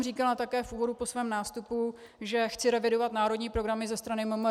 Říkala jsem také v úvodu po svém nástupu, že chci revidovat národní programy ze strany MMR.